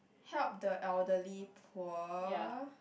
help the elderly poor